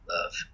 Love